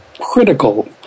critical